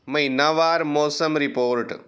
ਮਹੀਨਾਵਾਰ ਮੌਸਮ ਰਿਪੋਰਟ